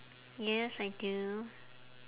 yes I do